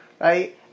Right